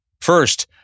First